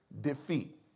defeat